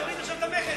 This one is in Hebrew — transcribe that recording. תוריד עכשיו את המכס,